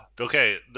Okay